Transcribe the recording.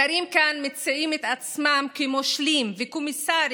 שרים כאן מציעים את עצמם כמושלים וקומיסרים